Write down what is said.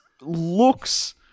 looks